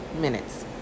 minutes